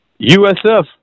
USF